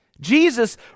Jesus